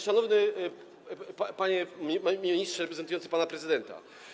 Szanowny Panie Ministrze Reprezentujący Pana Prezydenta!